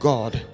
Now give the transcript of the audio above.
God